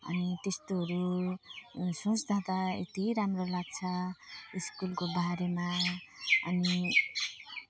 अनि त्यस्तोहरू सोच्दा त यति राम्रो लाग्छ स्कुलको बारेमा अनि